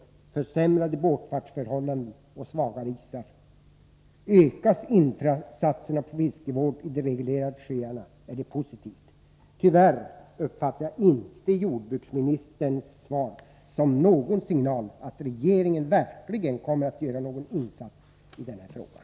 Man fick försämrade båtfartsförhållanden och svagare isar. Ökas satsningarna på fiskevård i de reglerade sjöarna är det positivt. Tyvärr uppfattar jag inte jordbruksministerns svar som någon signal till att regeringen verkligen kommer att göra någon insats i den här frågan.